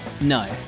No